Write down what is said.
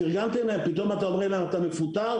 פתאום אתם מפטרים אותם?